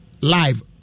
live